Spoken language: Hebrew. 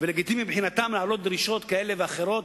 ולגיטימי מבחינתם להעלות דרישות כאלה ואחרות.